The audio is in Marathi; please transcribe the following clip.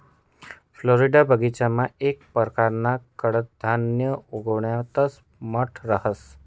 फ्लोरिडाना बगीचामा येक परकारनं कडधान्य उगाडतंस त्या मठ रहातंस